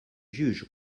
juges